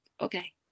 Okay